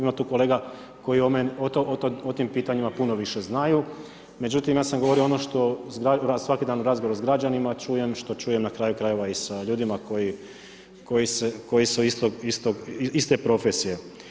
Ima tu kolega koji o tim pitanjima puno više znaju, međutim ja sam govorio što iz svakodnevnog razgovora s građanima čujem, što čujem na kraju krajeva i sa ljudima koji su iste profesije.